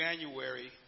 January